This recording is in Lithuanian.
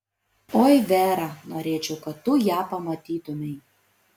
oi vera norėčiau kad tu ją pamatytumei